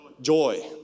joy